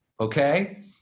Okay